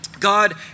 god